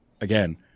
again